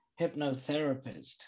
hypnotherapist